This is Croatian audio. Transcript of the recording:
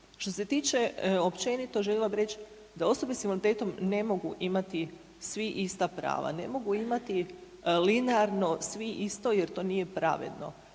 Što se tiče općenito, željela bi reći da osobe s invaliditetom ne mogu imati svi ista prava, ne mogu imati linearno svi isto jer to nije pravedno.